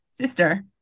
sister